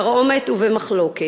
בתרעומת ובמחלוקת".